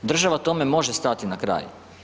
Država tome može stati na kraj.